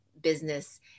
business